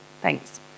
Thanks